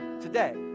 today